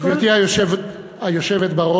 גברתי היושבת בראש,